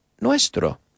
nuestro